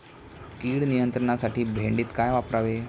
कीड नियंत्रणासाठी भेंडीत काय वापरावे?